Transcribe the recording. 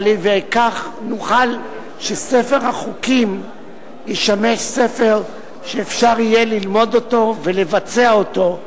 על-ידי כך ספר החוקים ישמש ספר שאפשר יהיה ללמוד אותו ולבצע אותו,